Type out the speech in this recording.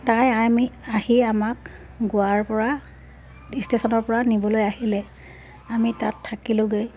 তাই আইমি আহি আমাক গোৱাৰপৰা ষ্টেচনৰপৰা নিবলৈ আহিলে আমি তাত থাকিলোঁগৈ